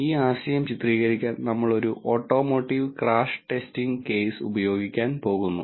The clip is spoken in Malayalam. ഈ ആശയം ചിത്രീകരിക്കാൻ നമ്മൾ ഒരു ഓട്ടോമോട്ടീവ് ക്രാഷ് ടെസ്റ്റിംഗ് കേസ് ഉപയോഗിക്കാൻ പോകുന്നു